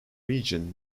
region